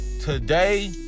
Today